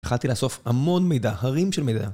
החלטתי לאסוף המון מידע, הרים של מידע